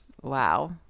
Wow